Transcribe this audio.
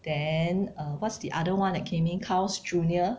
then uh what's the other one that came in Carl's Junior